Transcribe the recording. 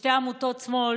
בשתי עמותות שמאל